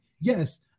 yes